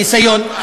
הניסיון, הניסיון.